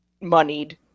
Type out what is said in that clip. moneyed